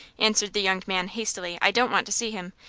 answered the young man, hastily. i don't want to see him.